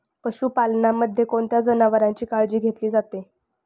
पशुपालनामध्ये कोणत्या जनावरांची काळजी घेतली जाते?